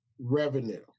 revenue